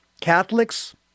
Catholics